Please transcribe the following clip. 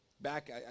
back